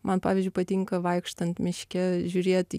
man pavyzdžiui patinka vaikštant miške žiūrėt